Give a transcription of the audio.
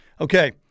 Okay